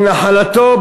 אל נחלתו,